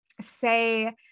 say